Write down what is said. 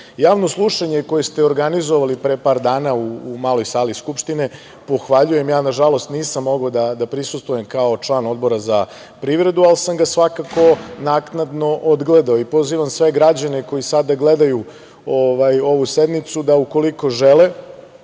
bolje. Javno slušanje koje ste organizovali pre par dana u maloj sali Skupštine pohvaljujem. Ja nažalost nisam mogao da prisustvujem, kao član Odbora za privredu, ali sam ga svakako naknadno odgledao. Pozivam sve građane koji sada gledaju ovu sednicu da, ukoliko žele,